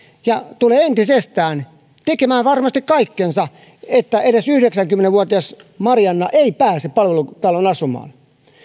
ja tulevat entisestään tekemään varmasti kaikkensa että edes yhdeksänkymmentä vuotias marianna ei pääse palvelutaloon asumaan